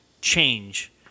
change